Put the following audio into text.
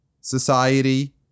society